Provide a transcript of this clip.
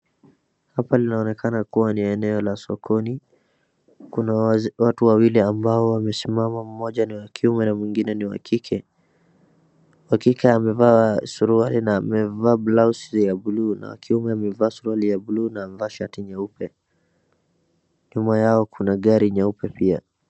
Hapa linaonekana kuwa ni eneo la sokoni. Kuna watu wawili ambao wamesimamama mmoja ni wa kiume na mwingine ni wa kike. wakike amevaa suruali na amevaa blausi ya bluu na wa kiume amevaa suruali ya bluu na amevaa shati nyeupe. Nyuma yao kuna gari nyeupe pia.